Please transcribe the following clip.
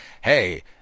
hey